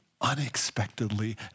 unexpectedly